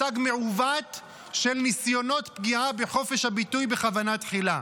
מצג מעוות של ניסיונות פגיעה בחופש הביטוי בכוונה תחילה.